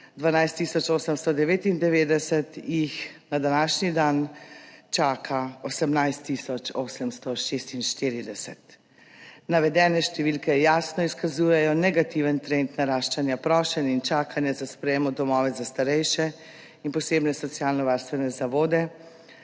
899, jih na današnji dan čaka 18 tisoč 846. Navedene številke jasno izkazujejo negativen trend naraščanja prošenj in čakanja za sprejem v domove za starejše in posebne socialno varstvene zavode,